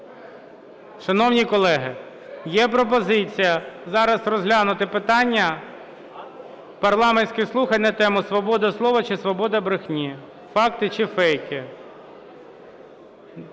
Шановні колеги, є пропозиція зараз розглянути питання парламентських слухань на тему: "Свобода слова чи свобода брехні: факти чи фейки".